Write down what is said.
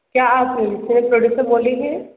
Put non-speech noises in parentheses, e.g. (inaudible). क्या आप (unintelligible) कोई प्रोड्यूसर बोली रही हैं